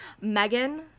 megan